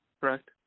correct